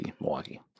Milwaukee